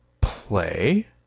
play